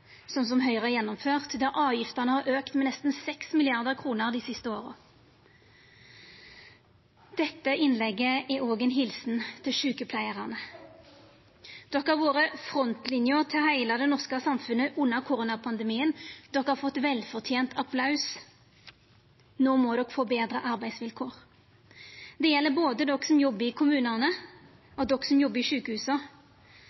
sånn som Høgre har gjennomført, der avgiftene har auka med nesten 6 mrd. kr dei siste åra. Dette innlegget er òg ei helsing til sjukepleiarane. De har vore frontlinja til heile det norske samfunnet under koronapandemien. De har fått velfortent applaus. No må de få betre arbeidsvilkår. Det gjeld både de som arbeider i